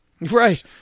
Right